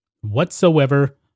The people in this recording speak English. whatsoever